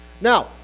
Now